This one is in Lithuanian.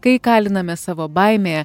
kai įkaliname savo baimėje